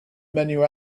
menu